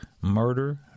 murder